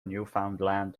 newfoundland